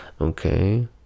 Okay